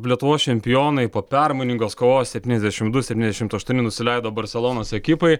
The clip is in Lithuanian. lietuvos čempionai po permainingos kovos septyniasdešimt du septyniašimt aštuoni nusileido barselonos ekipai